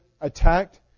attacked